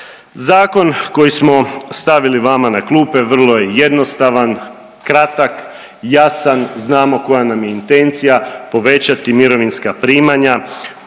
Zakon koji smo stavili vama na klupe vrlo je jednostavan, kratak, jasan, znamo koja nam je intencija, povećati mirovinska primanja